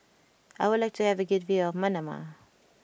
I would like to have a good view of Manama